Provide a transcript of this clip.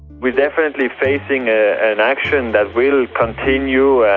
we're definitely facing ah an action that will continue,